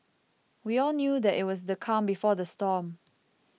we all knew that it was the calm before the storm